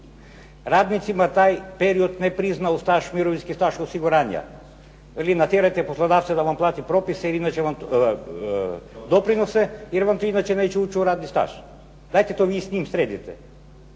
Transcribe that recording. radnicima taj period ne prizna u mirovinski staž osiguranja, kada vi natjerate poslodavce da vam plati propise, doprinose jer vam to inače neće ući u radni staž. Dajte to vi s njim sredite.